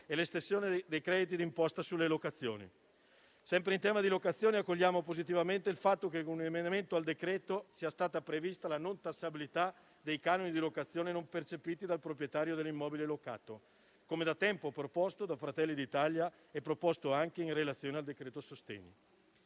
e l'estensione dei crediti di imposta sulle locazioni. Sempre in tema di locazioni, accogliamo positivamente il fatto che in un emendamento al decreto-legge sia stata prevista la non tassabilità dei canoni di locazione non percepiti dal proprietario dell'immobile locato, come da tempo proposto da Fratelli d'Italia, anche in relazione al decreto-legge sostegni.